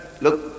look